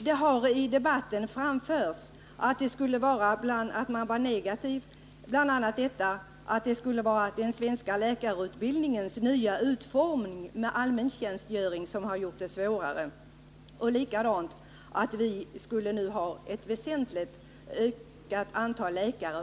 Det har i debatten framhållits att den svenska läkarutbildningens nya utformning med allmäntjänstgöring har gjort det svårare, liksom även detta att vi nu utbildar ett väsentligt större antal läkare.